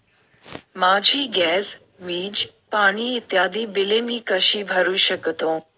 माझी गॅस, वीज, पाणी इत्यादि बिले मी कशी भरु शकतो?